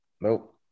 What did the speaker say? Nope